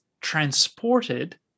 transported